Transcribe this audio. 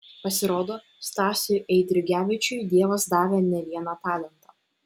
pasirodo stasiui eidrigevičiui dievas davė ne vieną talentą